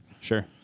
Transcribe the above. sure